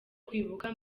kwibuka